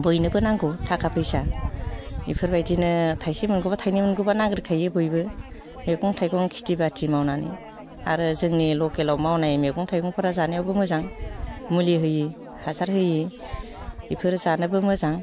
बयनोबो नांगौ थाखा फैसा इफोरबायदिनो थाइसे मोनगौब्ला थाइनै मोनगौब्ला नागिरखायो बयबो मैगं थाइगं खिथि बाथि मावनानै आरो जोंनि लकेलाव मावनाय मैगं थाइगंफोरा जानायावबो मोजां मुलि होयि हासार होयि इफोर जानोबो मोजां